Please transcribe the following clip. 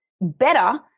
better